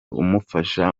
umufasha